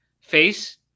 face